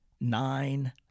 nine